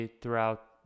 throughout